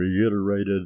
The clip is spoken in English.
reiterated